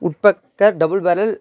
wood pecker double barrel